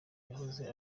yahoze